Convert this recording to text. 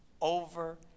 over